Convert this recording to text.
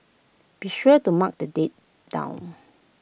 be sure to mark the date down